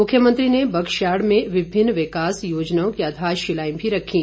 मुख्यमंत्री ने बगश्याड़ में विभिन्न विकास योजनाओं की आधारशिलाएं भी रखीं